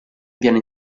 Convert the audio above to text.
viene